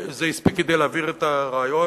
זה הספיק כדי להעביר את הרעיון,